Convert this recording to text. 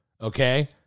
Okay